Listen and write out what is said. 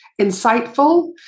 insightful